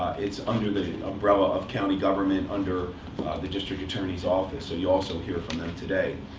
it's under the umbrella of county government, under the district attorney's office. and you'll also hear from them today.